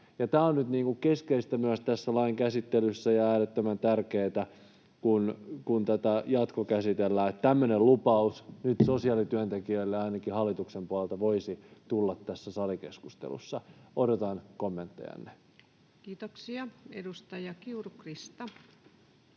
Tämä on nyt keskeistä myös tässä lain käsittelyssä ja äärettömän tärkeätä, kun tätä jatkokäsitellään. Tämmöinen lupaus nyt sosiaalityöntekijöille ainakin hallituksen puolelta voisi tulla tässä salikeskustelussa. Odotan kommenttejanne. Kiitoksia. — Edustaja Kiuru, Krista.